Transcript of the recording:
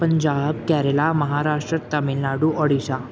Punjab Kerala Maharashtra Tamil Nadu Odisha